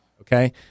Okay